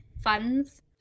funds